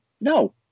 No